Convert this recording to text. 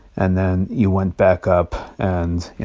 and then you went back up, and, you